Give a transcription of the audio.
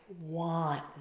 want